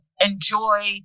enjoy